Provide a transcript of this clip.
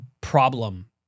problem